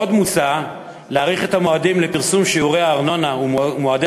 עוד מוצע להאריך את המועדים לפרסום שיעורי הארנונה ומועדי